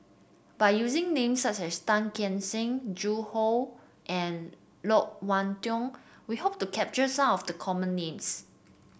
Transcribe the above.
by using names such as Tan Keong Saik Zhu Hong and Loke Wan Tho we hope to capture some of the common names